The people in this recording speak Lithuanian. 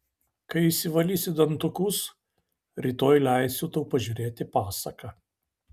kai išsivalysi dantukus rytoj leisiu tau pažiūrėti pasaką